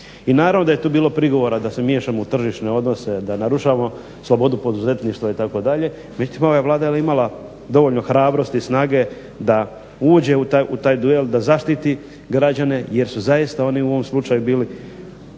I naravno da je tu bilo prigovora da se miješamo u tržišne odnose, da narušavamo slobodu poduzetništva itd. Međutim, ova je Vlada imala dovoljno hrabrosti, snage da uđe u taj duel, da zaštiti građane, jer su zaista oni u ovom slučaju bili